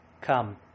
come